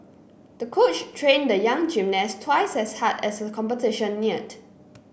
the coach trained the young gymnast twice as hard as the competition neared